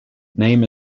name